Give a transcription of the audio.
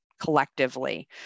collectively